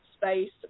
space